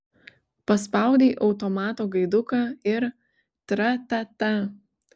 paspaudei automato gaiduką ir tra ta ta